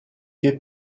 fait